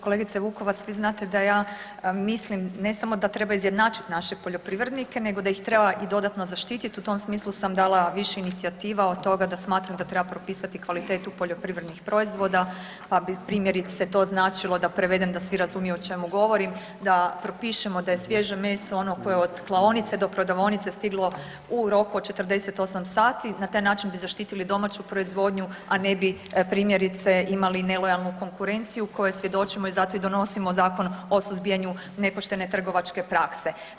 Kolegice Vukovac, vi znate da ja mislim ne samo da treba izjednačiti naše poljoprivrednike nego da ih treba i dodatno zaštitit, u tom smislu sam dala više inicijativa od toga da smatram da treba propisati kvalitetu poljoprivrednih proizvoda a primjerice bi to značilo da prevedem, da svi razumiju o čemu govorim, da propišemo da je svježe meso ono koje je od klaonice do prodavaonice stiglo u roku od 48 sati, na taj način bi zaštitili domaću proizvodnju a ne bi primjerice imali nelojalnu konkurenciju kojoj svjedočimo i zato i donosimo Zakon o suzbijanju nepoštene trgovačke prakse.